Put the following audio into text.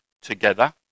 together